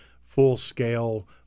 full-scale